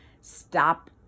stop